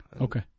Okay